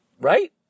Right